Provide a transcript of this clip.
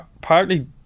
Partly